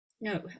No